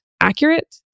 accurate